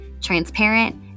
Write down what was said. transparent